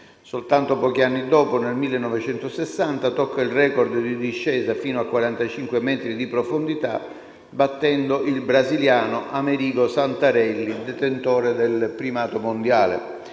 Soltanto pochi anni dopo, nel 1960, tocca il record di discesa fino a 45 metri di profondità, battendo il brasiliano Amerigo Santarelli, detentore del primato mondiale.